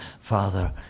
Father